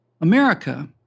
America